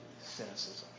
cynicism